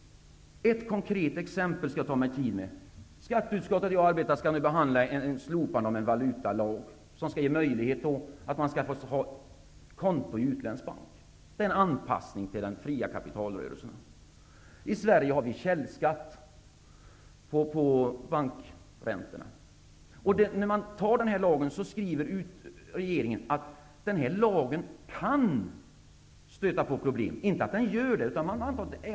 Jag skall ta mig tid till ett konkret exempel. Skatteutskottet, där jag arbetar, skall nu behandla slopandet av en valutalag som skall ge möjlighet att öppna konto i utländsk bank. Det är en anpassning till den fria kapitalrörelsen. I Sverige har vi källskatt på bankräntorna. Regeringen skriver att den här lagen kan stöta på problem, inte att den gör det.